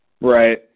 Right